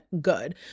good